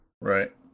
Right